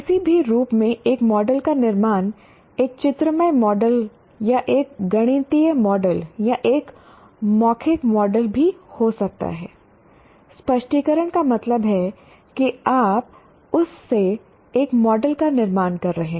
किसी भी रूप में एक मॉडल का निर्माण एक चित्रमय मॉडल या एक गणितीय मॉडल या एक मौमौखिक मॉडल भी हो सकता है स्पष्टीकरण का मतलब है कि आप उस में एक मॉडल का निर्माण कर रहे हैं